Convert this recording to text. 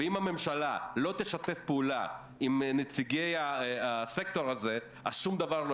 ואם הממשלה לא תשתף פעולה עם נציגי הסקטור הזה אז שום דבר לא